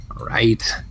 right